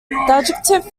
adjective